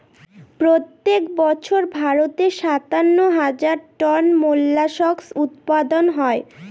প্রত্যেক বছর ভারতে সাতান্ন হাজার টন মোল্লাসকস উৎপাদন হয়